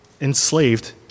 enslaved